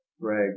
Greg